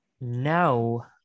now